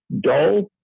Dull